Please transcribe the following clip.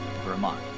Vermont